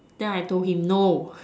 then I told him no